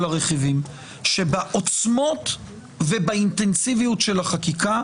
הרכיבים שבעוצמות ובאינטנסיביות של החקיקה,